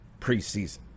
preseason